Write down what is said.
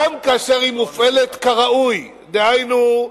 גם כאשר היא מופעלת כראוי, דהיינו,